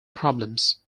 problems